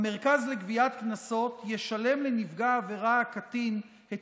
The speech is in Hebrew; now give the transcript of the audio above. המרכז לגביית קנסות ישלם לנפגע העבירה הקטין את